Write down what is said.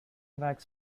wax